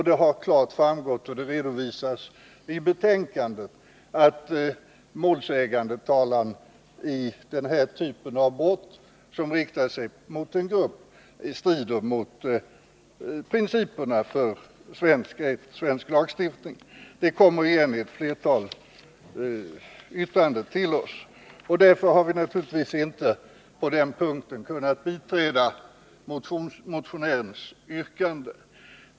Det har klart framgått, vilket redovisas i betänkandet, att målsägandetalan i denna typ av brott, som riktar sig mot en grupp, strider mot principerna för svensk lagstiftning. Det kommer igen i ett flertal yttranden till oss. Därför har vi naturligtvis inte på den punkten kunnat biträda motionärens yrkande.